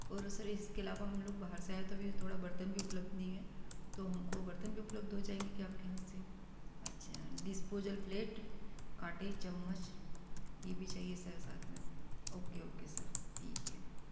और उस अर इसके अलावा हम लोग बाहर से आए हैं तो अभी थोड़ा बर्तन भी उपलब्ध नहीं है तो हमको बर्तन भी उपलब्ध हो जाएँगे क्या आपके यहाँ से अच्छा डिस्पोजल प्लेट कांटे चम्मच ये भी चहिए सर साथ में okay okay sir ठीक है